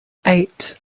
eight